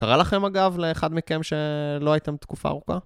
קרה לכם אגב לאחד מכם שלא הייתם תקופה ארוכה?